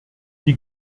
die